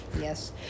yes